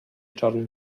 czarnych